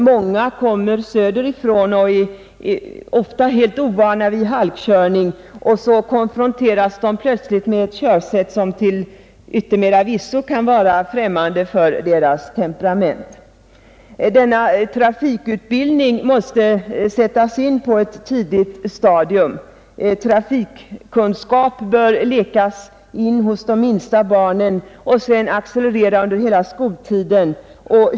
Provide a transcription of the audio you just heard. Många som kommer söderifrån är ofta helt ovana vid halkkörning och konfronteras plötsligt med ett körsätt, som till yttermera visso kan vara främmande för deras temperament. Denna trafikutbildning bör sättas in på ett tidigt stadium. Trafikkunskap bör lekas in hos de minsta barnen och sedan accelerera under hela skoltiden.